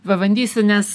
pabandysiu nes